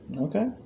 Okay